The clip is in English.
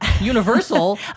Universal